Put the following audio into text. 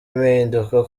impinduka